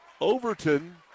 Overton